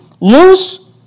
loose